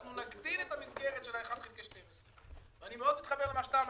אנחנו נגדיל את המסגרת של 1/12. ואני מאוד מתחבר למה שאתה אמרת,